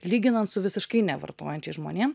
lyginant su visiškai nevartojančiais žmonėm